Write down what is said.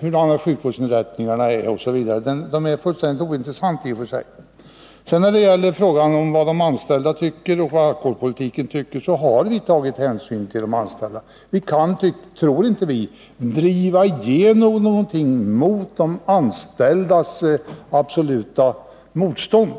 hurudana sjukvårdsinrättningarna är. Alkoholpolitikerna har tagit hänsyn till vad de anställda tycker. Vi tror inte vi kan driva igenom någonting mot de anställdas absoluta motstånd.